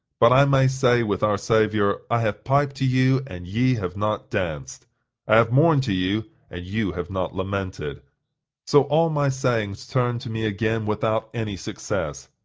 but i may say with our savior, i have piped to you and ye have not danced i have mourned to you and you have not lamented so all my sayings turned to me again without any success.